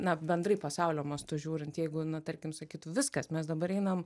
na bendrai pasaulio mastu žiūrint jeigu nu tarkim sakyt viskas mes dabar einam